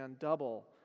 double